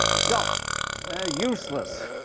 shot! they are useless.